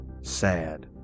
Sad